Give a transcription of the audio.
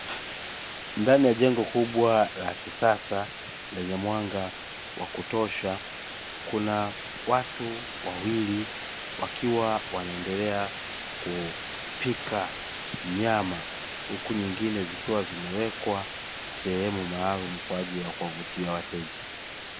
Ndani ya jengo kubwa la kisasa lenye mwanga wa kutosha kuna watu wawili wakiwa wanaendelea kupika nyama huku nyingine zikiwa zimewekwa sehemu maalum kwa ajili ya kuwavutia wateja.